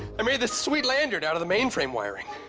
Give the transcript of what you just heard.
i made this sweet lanyard out of the mainframe wiring.